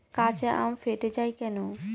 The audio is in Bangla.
কাঁচা আম ফেটে য়ায় কেন?